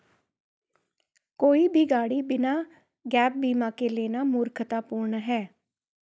कोई भी गाड़ी बिना गैप बीमा के लेना मूर्खतापूर्ण है